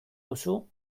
duzu